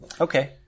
Okay